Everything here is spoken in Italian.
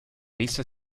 rissa